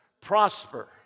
Prosper